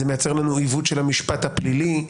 זה מייצר עיוות של המשפט הפלילי.